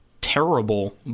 terrible